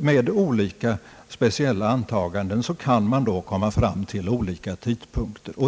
Med olika speciella antaganden kan man då komma fram till olika tidpunkter.